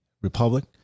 Republic